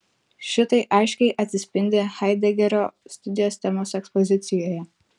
šitai aiškiai atsispindi haidegerio studijos temos ekspozicijoje